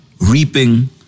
reaping